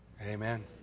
Amen